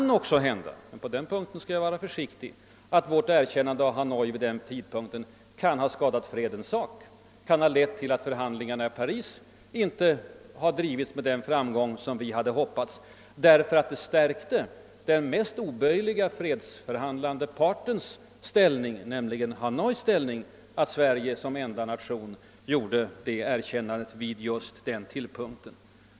Det är också möjligt — men på den punkten skall jag vara försiktig — att vårt erkännande av regimen i Hanoi vid den tidpunkten kan ha skadat fredens sak och lett till att förhandlingarna i Paris inte kunnat föras med den framgång som vi hade hoppats. Att Sverige som enda nation gjorde erkännandet vid just den tidpunkten stärkte möjligen den mest oböjliga fredsförhandlande partens ställning, nämligen Hanois.